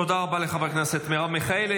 תודה רבה לחברת הכנסת מרב מיכאלי.